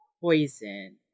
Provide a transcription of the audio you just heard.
Poison